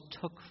took